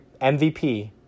MVP